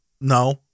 No